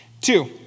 Two